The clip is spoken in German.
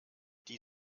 die